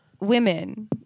women